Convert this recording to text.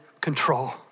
control